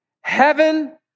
heaven